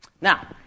Now